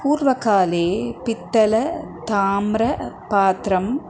पूर्वकाले पित्तलं ताम्रं पात्रम्